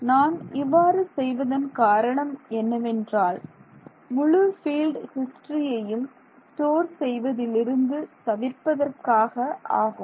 நான் இவ்வாறு செய்வதன் காரணம் என்னவென்றால் முழு பீல்டு ஹிஸ்டரியையும் ஸ்டோர் செய்வதிலிருந்து தவிர்ப்பதற்காக ஆகும்